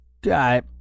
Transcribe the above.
Guy